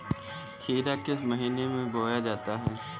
खीरा किस महीने में बोया जाता है?